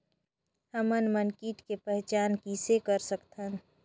हमन मन कीट के पहचान किसे कर सकथन?